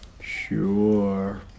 Sure